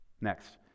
Next